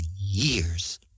years